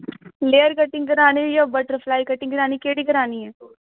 clear cutting करानी जां butterfly cutting करानी केह्ड़ी करानी ऐं